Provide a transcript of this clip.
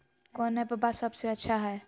कौन एप्पबा सबसे अच्छा हय?